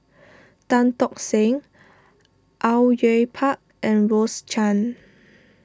Tan Tock Seng Au Yue Pak and Rose Chan